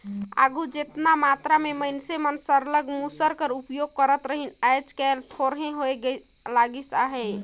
आघु जेतना मातरा में मइनसे मन सरलग मूसर कर उपियोग करत रहिन आएज काएल थोरहें होए लगिस अहे